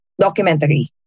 documentary